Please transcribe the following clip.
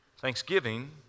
Thanksgiving